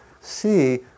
see